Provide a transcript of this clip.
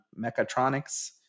mechatronics